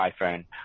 iPhone